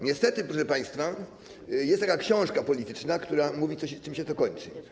Niestety, proszę państwa, jest taka książka polityczna, która mówi o tym, czym się to kończy.